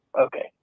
Okay